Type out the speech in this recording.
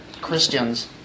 Christians